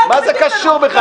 מה זה קשור בכלל?